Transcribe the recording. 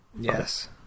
yes